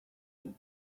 old